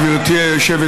גברתי היושבת